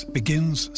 begins